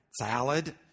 salad